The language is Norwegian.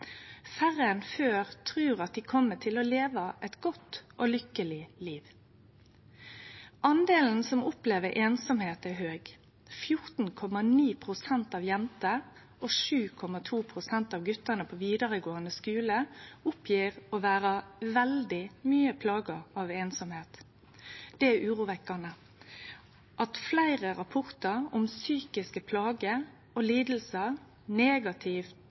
Færre enn før trur dei kjem til å leve eit godt og lukkeleg liv. Delen som opplever einsemd, er høg: 14,9 pst. av jentene og 7,2 pst. av gutane på vidaregåande skule oppgjev å vere veldig mykje plaga av einsemd. Det er urovekkjande at fleire sjølv rapporterer om psykiske plager og lidingar, negativt